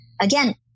Again